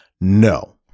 No